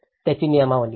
या नियमावलीची